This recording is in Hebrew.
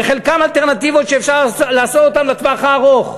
וחלקן אלטרנטיבות שאפשר לעשות אותן לטווח הארוך.